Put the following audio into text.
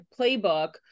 playbook